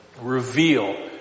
reveal